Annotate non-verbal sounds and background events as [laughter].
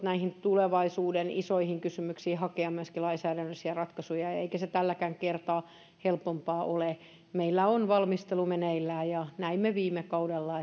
[unintelligible] näihin tulevaisuuden isoihin kysymyksiin olisi voinut nopeamminkin hakea myöskin lainsäädännöllisiä ratkaisuja eikä se tälläkään kertaa helppoa ole meillä on valmistelu meneillään näimme viime kaudella [unintelligible]